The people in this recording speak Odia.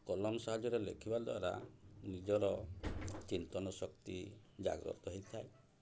କଲମ ସାହାଯ୍ୟରେ ଲେଖିବା ଦ୍ୱାରା ନିଜର ଚିନ୍ତନ ଶକ୍ତି ଜାଗ୍ରତ ହେଇଥାଏ